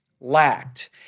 lacked